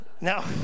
Now